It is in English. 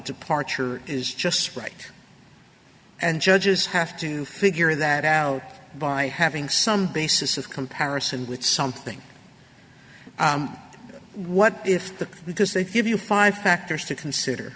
departure is just right and judges have to figure that out by having some basis of comparison with something what if the because the few five factors to consider